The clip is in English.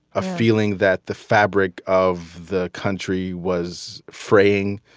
a feeling that the fabric of the country was fraying.